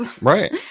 right